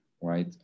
right